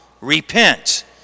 repent